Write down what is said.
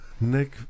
Nick